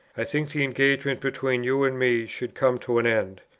i think the engagement between you and me should come to an end.